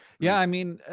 yeah, i mean,